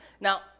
Now